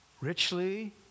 richly